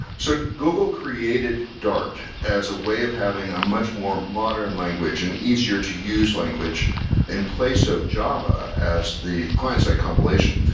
so google created dart as a way of having a much more modern language and easier to use language in place of java as the client-side compilation.